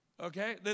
Okay